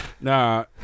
Nah